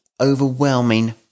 overwhelming